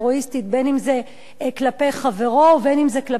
בין אם זה כלפי חברו ובין אם זה כלפי בן משפחתו.